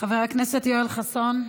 חבר הכנסת יואל חסון,